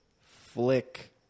flick